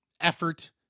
effort